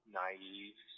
naive